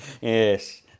Yes